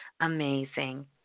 amazing